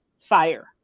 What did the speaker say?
fire